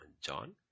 John